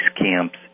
camps